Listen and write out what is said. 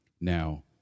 Now